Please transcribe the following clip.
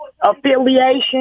affiliation